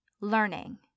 learning